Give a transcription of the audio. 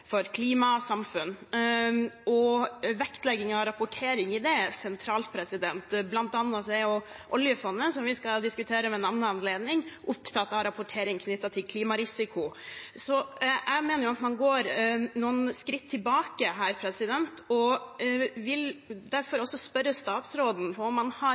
for miljøet, innsats for klima og samfunn, og vektleggingen av og rapporteringen på det er sentralt. Blant annet er jo oljefondet, som vi skal diskutere ved en annen anledning, opptatt av rapportering knyttet til klimarisiko. Så jeg mener at man her går noen skritt tilbake. Jeg vil derfor spørre statsråden om man i dette forenklingsarbeidet har